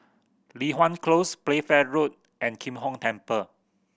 Li Hwan Close Playfair Road and Kim Hong Temple